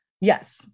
Yes